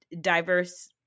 diverse